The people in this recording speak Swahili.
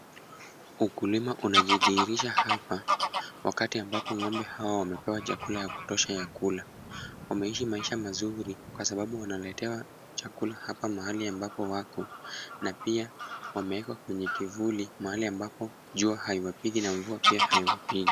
Ukulima unajidhihirisha hapa, wakati ambapo ng'ombe hawa wamepewa chakula ya kutosha ya kula. Wameishi maisha mazuri kwa sababu wanaletewa chakula hapa mahali ambapo wako, na pia wamewekwa kwenye kivuli, mahali ambapo jua haiwapigi na mvua pia haiwapigi.